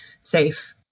safe